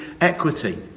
equity